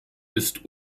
ist